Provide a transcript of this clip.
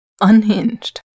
Unhinged